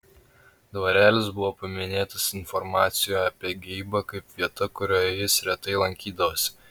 dvarelis buvo paminėtas informacijoje apie geibą kaip vieta kurioje jis retai lankydavosi